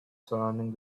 surrounding